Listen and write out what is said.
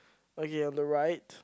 okay on the right